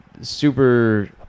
super